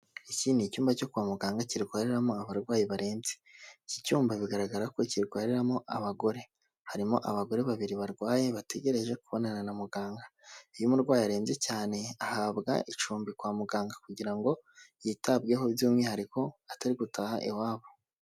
Iki ni icyumba cyo kwa muganga kirwariramo abarwayi barembye. Iki cyumba bigaragara ko kirwariramo abagore, harimo abagore babiri barwaye bategereje kubonana na muganga. Iyo umurwayi arembye cyane ahabwa icumbi kwa muganga, kugira ngo yitabweho by'umwihariko atari gutaha iwabo.